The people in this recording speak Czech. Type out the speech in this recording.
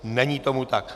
Není tomu tak.